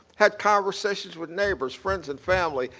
had conversations with neighbors, friends and family,